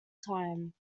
time